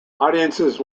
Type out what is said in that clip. audiences